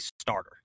starter